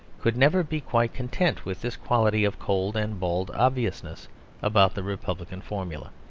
could never be quite content with this quality of cold and bald obviousness about the republican formula.